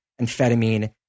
amphetamine